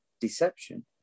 deception